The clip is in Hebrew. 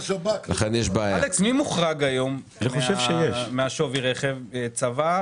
מי מוחרג כיום משווי רכב צבא,